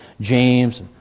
James